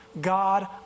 God